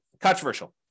controversial